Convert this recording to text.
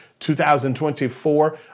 2024